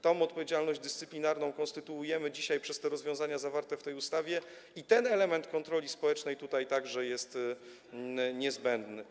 Taką odpowiedzialność dyscyplinarną konstytuujemy dzisiaj przez rozwiązania zawarte w tej ustawie, a element kontroli społecznej także jest tutaj niezbędny.